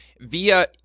Via